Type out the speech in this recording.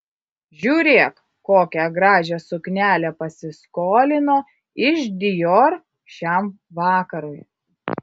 žiūrėk kokią gražią suknelę pasiskolino iš dior šiam vakarui